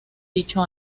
dicho